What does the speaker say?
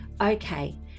Okay